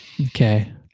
Okay